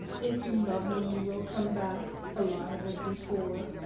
if you love me, you will come back, alive as before.